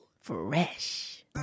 Fresh